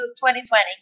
2020